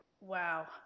wow